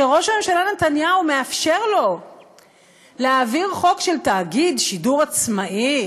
שכשראש הממשלה נתניהו מאפשר לו להעביר חוק של תאגיד שידור עצמאי,